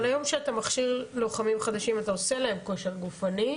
אבל היום כשאתה מכשיר עובדים חדשים אתה עושה להם בדיקות כושר גופני,